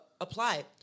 apply